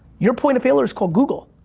your point of failure is called google.